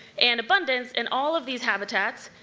and abundance in all of these habitats,